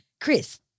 Chris